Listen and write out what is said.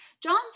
John's